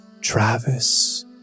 Travis